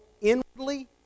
inwardly